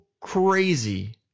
crazy